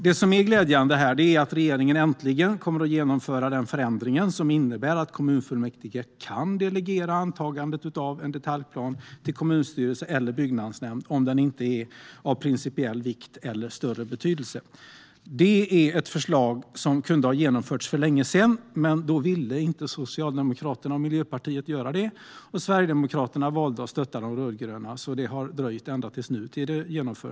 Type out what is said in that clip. Det som är glädjande är att regeringen äntligen kommer att genomföra en förändring som innebär att kommunfullmäktige kan delegera antagandet av en detaljplan till kommunstyrelse eller byggnadsnämnd, om den inte är av principiell vikt eller större betydelse. Det är ett förslag som kunde ha genomförts för länge sedan, men då ville inte Socialdemokraterna och Miljöpartiet göra det, och Sverigedemokraterna valde att stötta de rödgröna, så genomförandet har dröjt ända till nu.